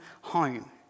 home